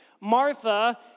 Martha